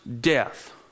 death